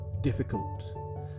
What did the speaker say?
difficult